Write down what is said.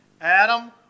Adam